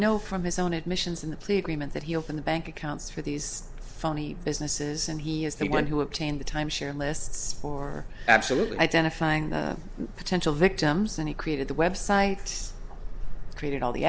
know from his own admissions in the plea agreement that he open the bank accounts for these phony businesses and he is the one who obtained the timeshare lists for absolutely identifying potential victims and he created the website created all the